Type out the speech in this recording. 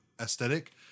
aesthetic